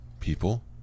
People